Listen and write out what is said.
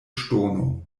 ŝtono